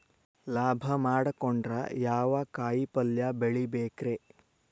ಲಾಭ ಮಾಡಕೊಂಡ್ರ ಯಾವ ಕಾಯಿಪಲ್ಯ ಬೆಳಿಬೇಕ್ರೇ?